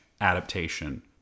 adaptation